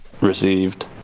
received